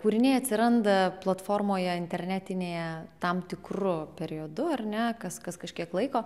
kūriniai atsiranda platformoje internetinėje tam tikru periodu ar ne kas kas kažkiek laiko